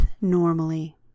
normally